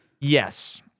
yes